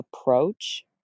approach